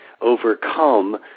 overcome